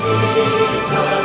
Jesus